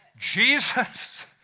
Jesus